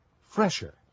fresher